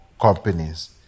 companies